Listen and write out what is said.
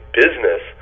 business